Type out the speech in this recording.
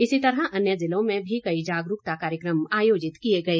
इसी तरह अन्य जिलों में भी कई जागरूकता कार्यक्रम आयोजित किए गए